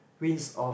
rinse off